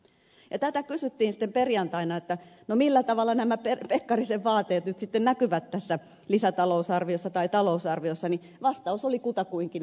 kun tätä kysyttiin sitten perjantaina että no millä tavalla nämä pekkarisen vaateet nyt sitten näkyvät tässä lisätalousarviossa tai talousarviossa niin vastaus oli kutakuinkin että eivät mitenkään